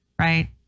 right